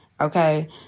Okay